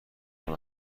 کنم